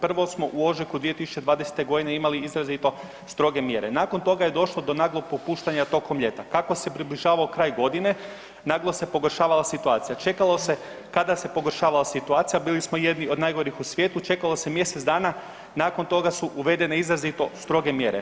Prvo smo u ožujku 2020. g. imali izrazito stroge mjere, nakon toga je došlo do naglog popuštanja tokom ljeta, kako se približivao kraj godine naglo se pogoršavala situacija, čekalo se, kada se pogoršavala situacija bili smo jedni od najgorih u svijetu, čekalo se mjesec dana, nakon toga su uvedene izrazito stroge mjere.